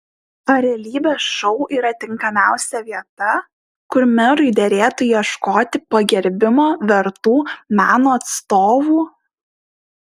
ar realybės šou yra tinkamiausia vieta kur merui derėtų ieškoti pagerbimo vertų meno atstovų